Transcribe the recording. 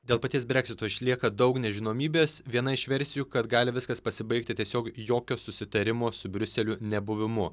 dėl paties breksito išlieka daug nežinomybės viena iš versijų kad gali viskas pasibaigti tiesiog jokio susitarimo su briuseliu nebuvimu